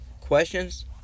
questions